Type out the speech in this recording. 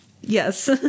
Yes